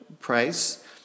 price